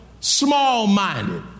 Small-minded